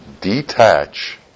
detach